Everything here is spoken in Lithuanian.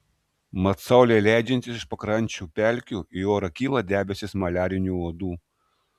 mat saulei leidžiantis iš pakrančių pelkių į orą kyla debesys maliarinių uodų